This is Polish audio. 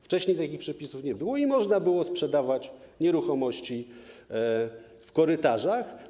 Wcześniej takich przepisów nie było i można było sprzedawać nieruchomości w korytarzach.